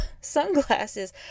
sunglasses